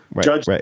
judge